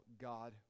God